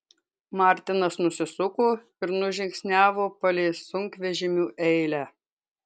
martinas nusisuko ir nužingsniavo palei sunkvežimių eilę